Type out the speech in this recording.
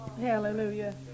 Hallelujah